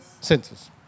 census